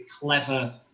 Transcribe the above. clever